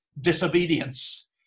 disobedience